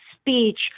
speech